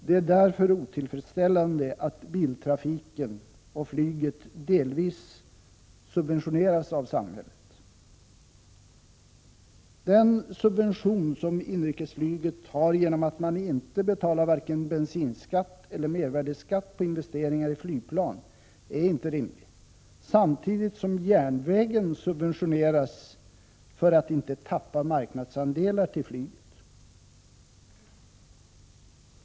Det är därför otillfredsställande att biltrafiken och flyget delvis subventioneras av samhället. Den subvention som inrikesflyget har genom att man inte betalar vare sig bensinskatt eller mervärdeskatt på investeringar i flygplan är inte rimlig, samtidigt som järnvägen subventioneras för att inte tappa marknadsandelar till flyget.